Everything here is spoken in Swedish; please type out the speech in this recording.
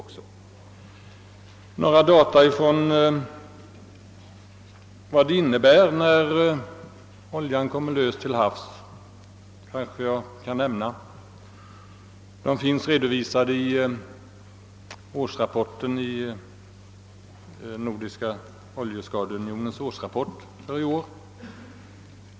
Jag vill vidare lämna några uppgifter om vad det innebär när oljan »kommer lös» till havs — dessa finns redovisade i årsrapporten till Nordiska oljeskyddsunionen för 1967.